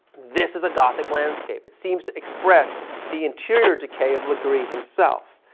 this is a gothic landscape. it seems to express the interior decay of legree himself.